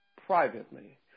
privately